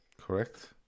Correct